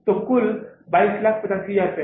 तो कुल 2285000 है